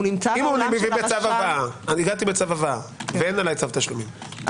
אני הגעתי בצו הבאה ואין עליי צו תשלומים,